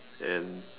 and